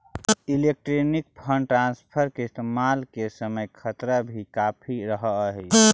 electronic fund transfer के इस्तेमाल के समय खतरा भी काफी रहअ हई